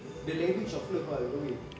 the language of love ah in a way